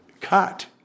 cut